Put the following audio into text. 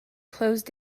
closed